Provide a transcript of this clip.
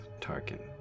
Tarkin